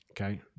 Okay